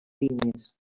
línies